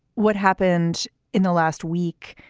what happened in the last week,